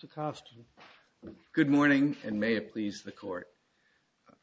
to cost me good morning and may it please the court